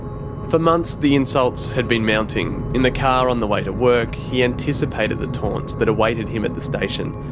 for months, the insults had been mounting. in the car on the way to work he anticipated the taunts that awaited him at the station,